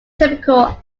typical